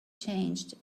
changed